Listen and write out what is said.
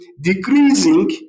decreasing